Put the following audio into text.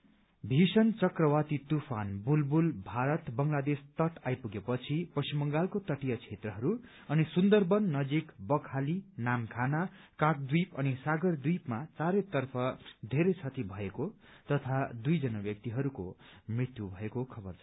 बुलबुल भीषण चक्रवाती तूफान बुलबुल भारत बंगलादेश तट आइपुगे पछि पश्चिम बंगालको तटीय क्षेत्रहरू अनि सुन्दरवन नजिक बकहाली नामखाना काकद्वीप अनि सागरद्वीपमा चारैतर्फ धेरै क्षति भएको तथा दुइजना व्यक्तिहरूको मृत्यु भएको खबर छ